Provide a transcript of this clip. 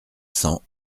cent